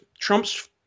Trump's